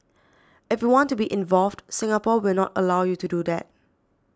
if you want to be involved Singapore will not allow you to do that